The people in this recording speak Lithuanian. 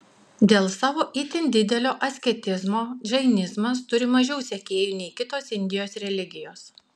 dėl savo itin didelio asketizmo džainizmas turi mažiau sekėjų nei kitos indijos religijos